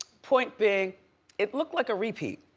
point being it looked like a repeat.